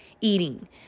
eating